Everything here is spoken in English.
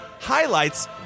highlights